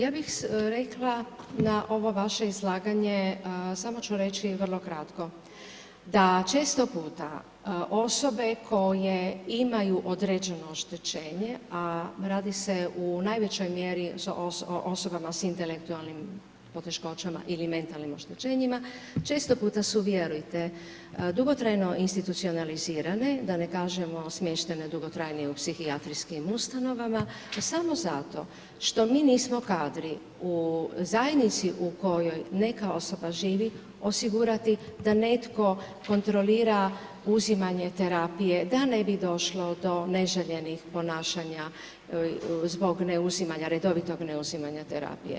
Ja bih rekla na ovo vaše izlaganje, samo ću reći vrlo kratko da često puta osobe koje imaju određeno oštećenje, a radi se u najvećoj mjeri o osobama s intelektualnim poteškoćama ili mentalnim oštećenjima, često puta su, vjerujte, dugotrajno institucionalizirane, da ne kažemo smještene dugotrajnije u psihijatrijskim ustanovama samo zato što mi nismo kadri u zajednici u kojoj neka osoba živi osigurati da netko kontrolira uzimanje terapije da ne bi došlo do neželjenih ponašanja zbog neuzimanja, redovitog neuzimanja terapije.